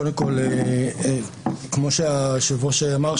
כמו שהיושב ראש אמר,